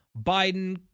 Biden